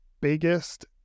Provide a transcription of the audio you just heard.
biggest